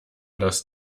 das